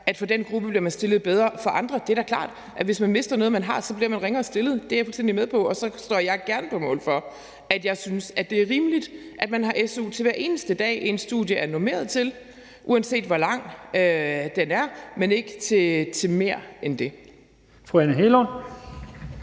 at den gruppe bliver stillet bedre. Og i forhold til andre er det da klart, at hvis man mister noget, man har, bliver man ringere stillet. Det er jeg fuldstændig med på. Og så står jeg gerne på mål for, at jeg synes, at det er rimeligt, at man har su til hver eneste dag, som ens studie er normeret til, uanset hvor langt det er – men ikke til mere end det.